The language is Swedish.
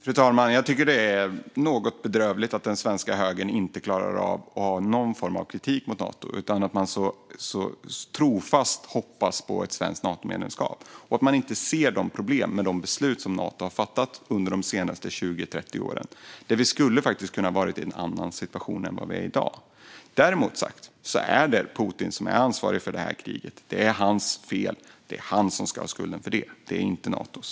Fru talman! Det är bedrövligt att den svenska högern inte klarar av att ha någon form av kritik mot Nato. Man hoppas trofast på ett svenskt Natomedlemskap och ser inte de problem som finns med de beslut som Nato har fattat under de senaste 20-30 åren. Vi hade kunnat vara i en annan situation än den vi i dag är i. Med det sagt är det Putin som är ansvarig för det här kriget. Det är hans fel, och det är han som ska ha skulden för det, inte Nato.